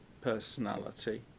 personality